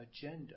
agenda